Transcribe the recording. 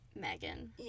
Megan